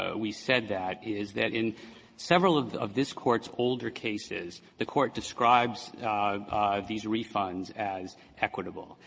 ah we said that is that in several of of this court's older cases, the court describes these refunds as equitable.